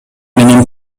менен